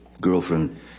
Girlfriend